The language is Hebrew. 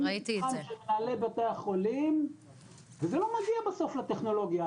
מגיעים לפתחם של מנהלי בתי החולים וזה לא מגיע בסוף לטכנולוגיה,